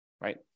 Right